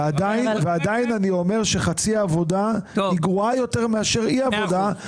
ועדיין אני אומר שחצי עבודה גרועה יותר מאשר אי עבודה.